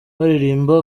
baririmba